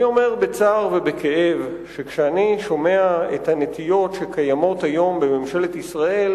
אני אומר בצער ובכאב שכשאני שומע את הנטיות שקיימות היום בממשלת ישראל,